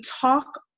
talk